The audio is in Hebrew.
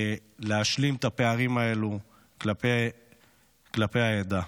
להשלים את הפערים האלו כלפי העדה.